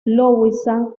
louisa